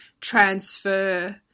transfer